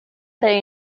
they